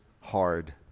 hard